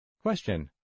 Question